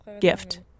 gift